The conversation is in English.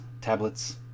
tablets